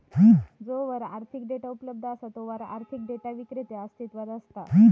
जोवर आर्थिक डेटा उपलब्ध असा तोवर आर्थिक डेटा विक्रेतो अस्तित्वात असता